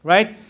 Right